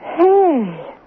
Hey